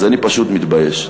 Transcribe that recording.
אז אני פשוט מתבייש.